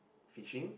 fishing